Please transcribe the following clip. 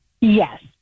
Yes